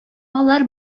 алар